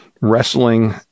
wrestling